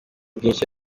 bwinshi